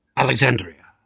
Alexandria